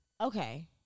Okay